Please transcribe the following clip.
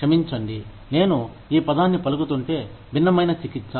క్షమించండి నేను ఈ పదాన్నిపలుకుతుంటే భిన్నమైన చికిత్స